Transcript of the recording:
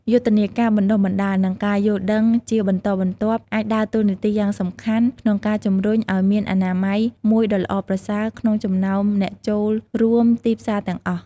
យុទ្ធនាការបណ្ដុះបណ្ដាល និងការយល់ដឹងជាបន្តបន្ទាប់ អាចដើរតួនាទីយ៉ាងសំខាន់ក្នុងការជំរុញឲ្យមានអនាម័យមួយដ៏ល្អប្រសើរក្នុងចំណោមអ្នកចូលរួមទីផ្សារទាំងអស់។